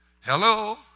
Hello